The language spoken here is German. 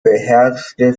beherrschte